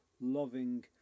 loving